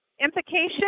implication